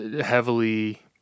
heavily